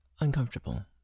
uncomfortable